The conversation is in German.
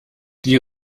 die